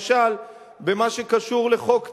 למשל במה שקשור לחוק טל.